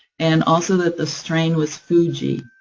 and also that the strain was fuji.